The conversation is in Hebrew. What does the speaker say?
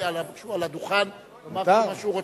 על הדוכן לומר כל מה שהוא רוצה.